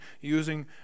using